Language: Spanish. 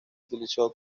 utilizó